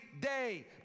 day